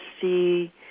see